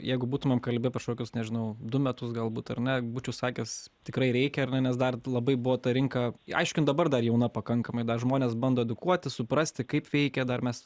jeigu būtumėm kalbi pė šokius nežinau du metus galbūt ar ne būčiau sakęs tikrai reikia ar ne nes dar labai buvo ta rinka aišk jin dabar dar jauna pakankamai žmonės bando edukuoti suprasti kaip veikia dar mes